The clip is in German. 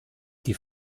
die